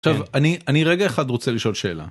עכשיו, אני רגע אחד רוצה לשאול שאלה.